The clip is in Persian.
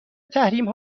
تحریم